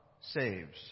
saves